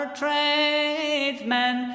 tradesmen